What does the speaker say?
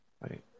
right